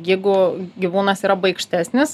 jeigu gyvūnas yra baikštesnis